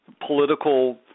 political